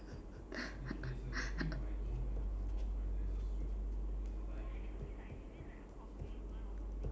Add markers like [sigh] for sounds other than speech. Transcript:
[laughs]